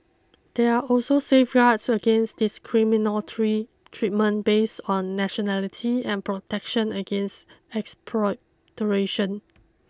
there are also safeguards against discriminatory treatment based on nationality and protection against expropriation